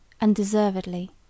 undeservedly